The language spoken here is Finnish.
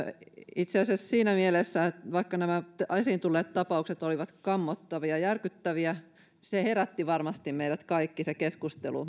itse asiassa siinä mielessä vaikka nämä esiin tulleet tapaukset olivat kammottavia ja järkyttäviä varmasti meidät kaikki herätti se keskustelu